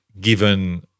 given